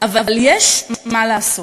אבל יש מה לעשות.